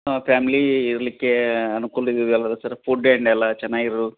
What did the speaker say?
ಹಾಂ ಫ್ಯಾಮ್ಲಿ ಇರಲಿಕ್ಕೆ ಅನ್ಕೂಲ ಇದೆ ಅಲ್ಲ ಸರ್ ಫುಡ್ ಅಂಡ್ ಎಲ್ಲ ಚೆನ್ನಾಗ್ ಇರೋ